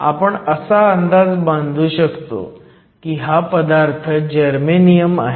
आपण असा अंदाज बंधू शकतो की हा पदार्थ जर्मेनियम आहे